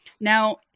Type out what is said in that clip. now